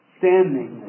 standing